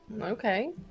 Okay